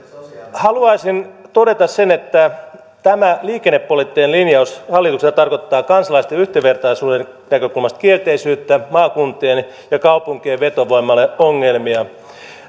haluaisin todeta sen että tämä liikennepoliittinen linjaus hallitukselta tarkoittaa kansalaisten yhdenvertaisuuden näkökulmasta kielteisyyttä ja maakuntien ja kaupunkien vetovoimalle ongelmia